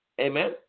Amen